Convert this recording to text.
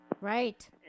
Right